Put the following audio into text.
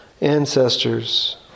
ancestors